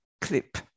clip